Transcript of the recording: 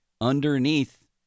underneath